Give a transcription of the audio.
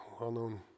well-known